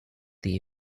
the